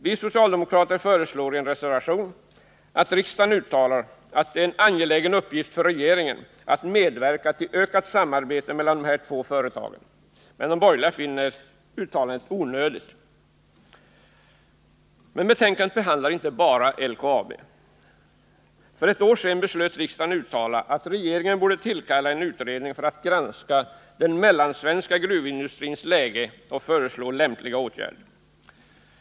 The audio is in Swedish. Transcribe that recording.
Vi socialdemokrater föreslår i en reservation att riksdagen uttalar att det är en angelägen uppgift för regeringen att medverka till utökat samarbete mellan dessa två företag, men de borgerliga finner uttalandet onödigt. Men betänkandet behandlar inte bara LKAB. För ett år sedan beslöt riksdagen uttala att regeringen borde tillkalla en utredning för att granska den mellansvenska gruvindustrins läge och föreslå lämpliga åtgärder.